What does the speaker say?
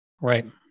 Right